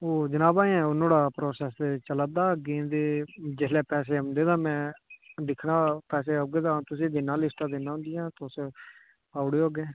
होर जनाब अजें नुआढ़ा प्रासैस ते चला'रदा अग्गें ते फ्ही जिसलै पैसे औंदे तां में दिक्खना पैसे औह्गे तां तुसें ई दिन्नां लिस्टां दिन्नां उंदियां तुस पाई ओड़ेओ अग्गें